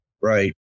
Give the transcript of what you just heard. Right